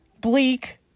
bleak